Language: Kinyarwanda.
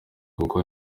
kuko